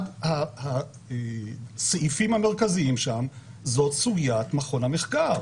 אחד הסעיפים המרכזיים שם הוא סוגיית מכון המחקר.